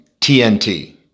TNT